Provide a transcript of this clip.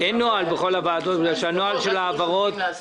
אין נוהל בכל הוועדות משום --- כולל דברים שמגיעים להסכמה,